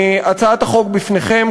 הצעת החוק שלפניכם,